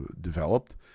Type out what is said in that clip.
developed